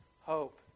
Hope